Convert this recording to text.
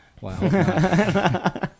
Wow